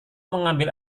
mengambil